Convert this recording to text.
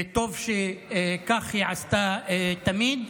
וטוב שהיא עשתה כך תמיד.